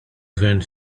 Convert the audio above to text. gvern